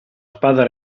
spada